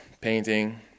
painting